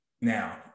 now